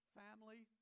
family